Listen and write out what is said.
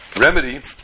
remedy